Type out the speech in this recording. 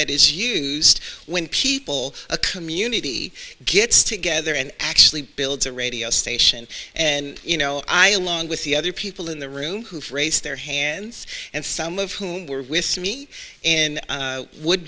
that is used when people a community gets together and actually builds a radio station and you know i along with the other people in the room who raise their hands and some of whom were with me